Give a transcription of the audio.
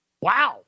Wow